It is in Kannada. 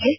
ಎಸ್